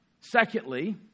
Secondly